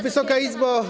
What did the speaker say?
Wysoka Izbo!